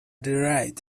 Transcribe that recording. derived